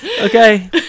okay